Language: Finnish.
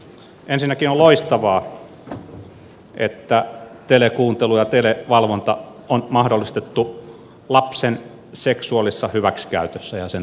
ensinnäkin on loistavaa että telekuuntelu ja televalvonta on mahdollistettu lapsen seksuaalisessa hyväksikäytössä ja sen tutkimisessa